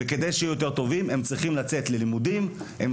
כדי שהם יהיו יותר טובים הם צריכים ללמוד ולהשתלם,